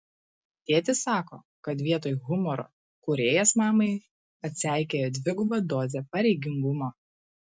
tėtis sako kad vietoj humoro kūrėjas mamai atseikėjo dvigubą dozę pareigingumo